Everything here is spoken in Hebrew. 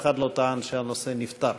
אף אחד לא טען שהנושא נפתר.